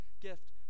gift